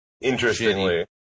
interestingly